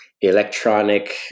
electronic